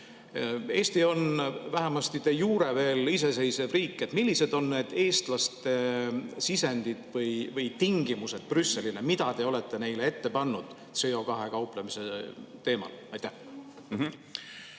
Eesti on vähemastide iureveel iseseisev riik. Millised on need eestlaste sisendid või tingimused Brüsselile, mida te olete ette pannud CO2‑ga kauplemise teemadel? Aitäh,